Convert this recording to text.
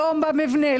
לא במבנה,